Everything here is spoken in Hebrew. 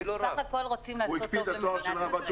אנחנו בסך הכול רוצים לעשות טוב למדינת ישראל.